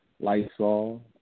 Lysol